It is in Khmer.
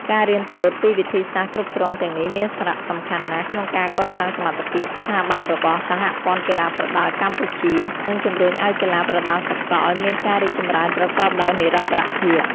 ការរៀនសូត្រពីវិធីសាស្ត្រគ្រប់គ្រងទាំងនេះមានសារៈសំខាន់ណាស់ក្នុងការកសាងសមត្ថភាពស្ថាប័នរបស់សហព័ន្ធកីឡាប្រដាល់កម្ពុជា និងជំរុញឲ្យកីឡាប្រដាល់សកលមានការរីកចម្រើនប្រកបដោយនិរន្តរភាព។